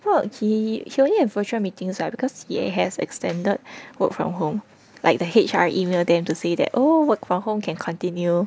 work he he only have virtual meetings ah because he has extended work from home like the H_R email them to say that oh work from home can continue